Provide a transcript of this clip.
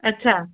अच्छा